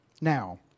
now